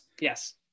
Yes